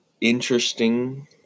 interesting